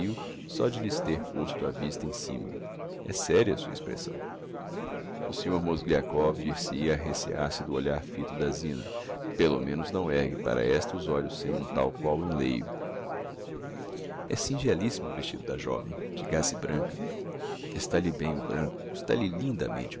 fio só de lhes ter posto a vista em cima é séria a sua expressão o senhor mozgliakov dir se hia arrecear se do olhar fito da zina pelo menos não ergue para esta os olhos sem um tal qual enleio é singelissimo o vestido da joven de gaze branca está lhe bem o branco está lhe lindamente